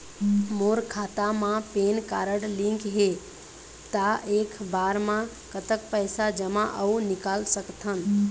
मोर खाता मा PAN card link हे ता एक बार मा कतक पैसा जमा अऊ निकाल सकथन?